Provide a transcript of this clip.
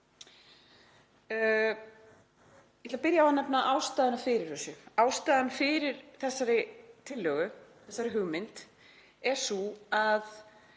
Ég ætla að byrja á að nefna ástæðuna fyrir þessu. Ástæðan fyrir þessari tillögu, þessari hugmynd, er sú að